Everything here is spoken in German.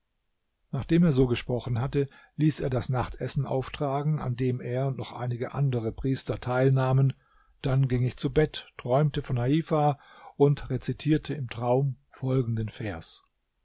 nachdem er so gesprochen hatte ließ er das nachtessen auftragen an dem er und noch einige andere priester teilnahmen dann ging ich zu bett träumte von heifa und rezitierte im traum folgenden vers